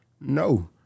No